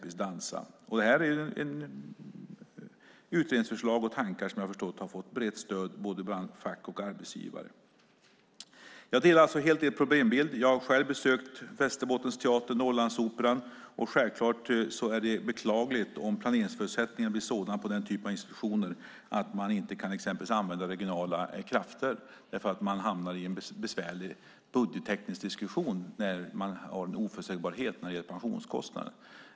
Jag har förstått att det här är utredningsförslag och tankar som har fått brett stöd bland både fack och arbetsgivare. Jag delar alltså helt er problembild. Jag har själv besökt Västerbottensteatern och Norrlandsoperan. Självklart är det beklagligt om planeringsförutsättningarna på den typen av institutioner blir sådana att man exempelvis inte kan använda regionala krafter därför att man hamnar i en besvärlig budgetteknisk diskussion när man har en oförutsägbarhet när det gäller pensionskostnader.